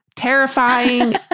terrifying